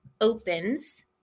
opens